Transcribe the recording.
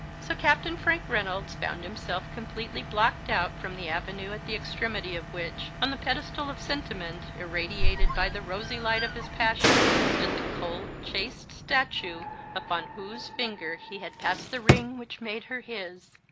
so captain frank reynolds found himself completely blocked out from the avenue at the extremity of which, on the pedestal of sentiment, irradiated by the rosy light of his passion, stood the cold, chaste statue upon whose finger he had passed the ring which made her his,